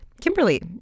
Kimberly